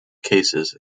cases